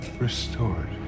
restored